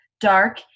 dark